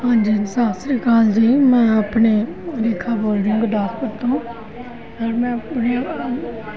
ਹਾਂਜੀ ਸਤਿ ਸ੍ਰੀ ਅਕਾਲ ਜੀ ਮੈਂ ਆਪਣੇ ਰੇਖਾ ਬੋਲ ਰਹੀ ਗੁਰਦਾਸਪੁਰ ਤੋਂ